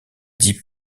dix